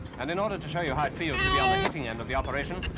and in order to show you how it feels to be on the hitting end of the operation,